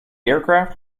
aircraft